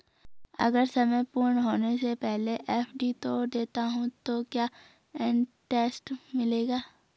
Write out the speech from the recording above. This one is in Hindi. अगर समय पूर्ण होने से पहले एफ.डी तोड़ देता हूँ तो क्या इंट्रेस्ट मिलेगा?